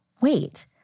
wait